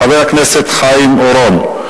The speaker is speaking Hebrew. חבר הכנסת חיים אורון.